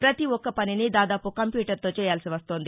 ప్రతి ఒక్క పనిని దాదాపు కంప్యూటర్తో చేయాల్సి వస్తోంది